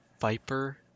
Viper